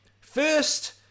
First